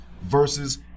versus